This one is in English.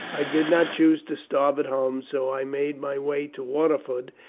i did not choose to starve at home, so i made my way to waterford,